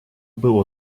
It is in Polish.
było